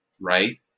right